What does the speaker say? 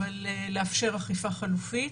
אבל לאפשר אכיפה חלופית,